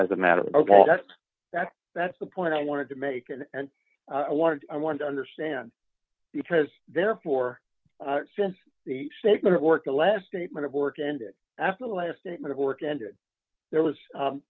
as a matter that's that's the point i wanted to make and i wanted i wanted to understand because therefore since the statement of work the last statement of work ended after the statement of work ended there was